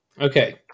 Okay